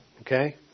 Okay